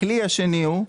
הכלי השני הוא,